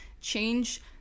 change